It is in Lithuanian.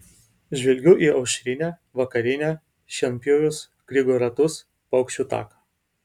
žvelgiu į aušrinę vakarinę šienpjovius grigo ratus paukščių taką